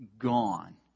gone